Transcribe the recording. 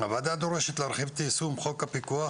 הוועדה דורשת להרחיב את יישום חוק הפיקוח